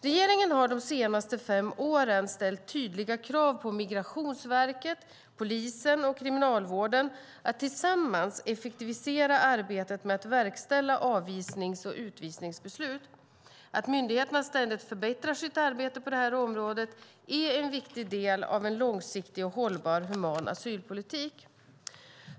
Regeringen har de senaste fem åren ställt tydliga krav på Migrationsverket, polisen och Kriminalvården att tillsammans effektivisera arbetet med att verkställa avvisnings och utvisningsbeslut. Att myndigheterna ständigt förbättrar sitt arbete på det här området är en viktig del av en långsiktig och hållbar human asylpolitik.